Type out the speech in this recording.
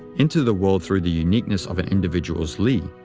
into the world through the uniqueness of an individual's li,